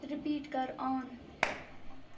repeat کر آن